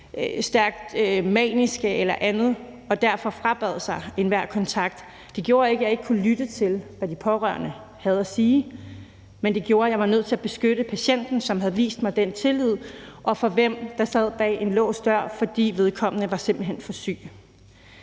stærkt maniske eller andet, og derfor frabad sig enhver kontakt. Det gjorde ikke, at jeg ikke kunne lytte til, hvad de pårørende havde at sige, men det gjorde, at jeg var nødt til at beskytte patienten, som havde vist mig den tillid, og som sad bag en låst dør, fordi vedkommende simpelt hen var for syg.